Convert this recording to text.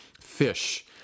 fish